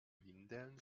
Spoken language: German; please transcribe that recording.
windeln